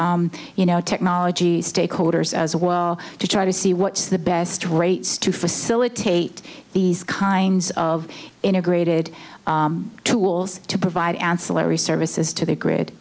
did you know technology stakeholders as well to try to see what's the best rates to facilitate the kinds of integrated tools to provide ancillary services to the grid